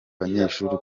banyeshuri